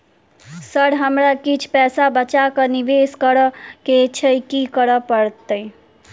Sir हमरा किछ पैसा बचा कऽ निवेश करऽ केँ छैय की करऽ परतै?